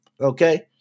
Okay